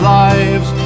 lives